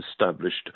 established